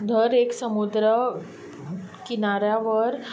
धर एक समुद्र किनाऱ्यावर